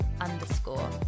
underscore